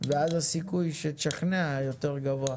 ואז הסיכוי שתשכנע יותר גבוה.